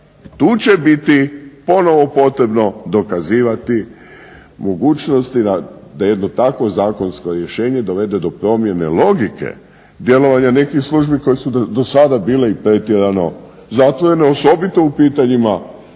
Tu će biti ponovo potrebno dokazivati mogućnosti da jedno takvo zakonsko rješenje dovede do promjene logike djelovanja nekih službi koje su do sada bile i pretjerano zatvorene, osobito u pitanjima